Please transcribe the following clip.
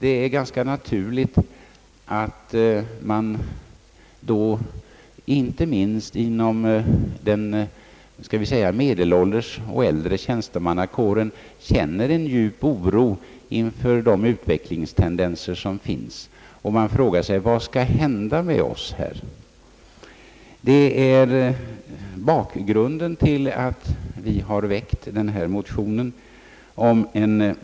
Det är ganska naturligt att inte minst medelålders och äldre tjänstemän känner en djup oro inför utvecklingstendenserna. De frågar sig: Vad skall hända med OSS? Det är bakgrunden till motionen om en